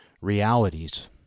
realities